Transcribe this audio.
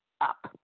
up